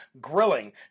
grilling